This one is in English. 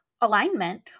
Alignment